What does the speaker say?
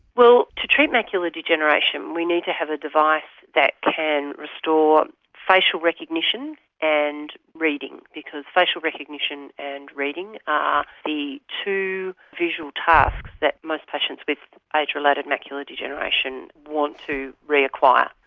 well, to treat macular degeneration we need to have a device that can restore facial recognition and reading, because facial recognition and reading are the two visual tasks that most patients with age-related macular degeneration want to reacquire.